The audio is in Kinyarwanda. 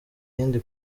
iyindi